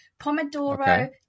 Pomodoro